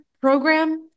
program